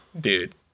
dude